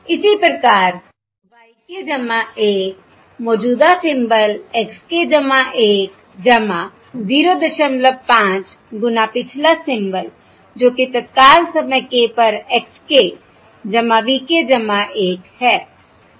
इसी प्रकार y k 1 मौजूदा सिंबल x k 1 05 गुना पिछला सिंबल जो कि तत्काल समय k पर x k v k 1 है